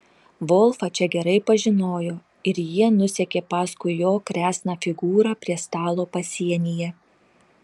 volfą čia gerai pažinojo ir jie nusekė paskui jo kresną figūrą prie stalo pasienyje